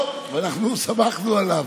טוב, אנחנו סמכנו עליו.